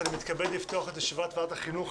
אני מתכבד לפתוח את ישיבת ועדת החינוך,